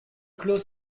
clos